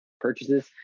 purchases